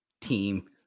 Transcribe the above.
team